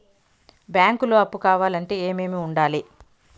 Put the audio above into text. బ్యాంకులో అప్పు కావాలంటే ఏమేమి ఉండాలి?